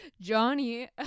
Johnny